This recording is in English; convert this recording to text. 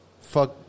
fuck